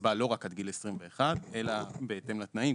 קצבה לא רק עד גיל 21 אלא בהתאם לתנאים,